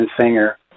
singer